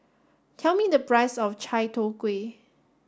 tell me the price of Chai Tow Kuay